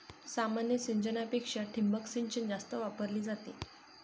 सामान्य सिंचनापेक्षा ठिबक सिंचन जास्त वापरली जाते